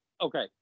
Okay